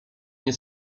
nie